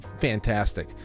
fantastic